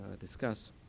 discuss